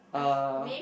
uh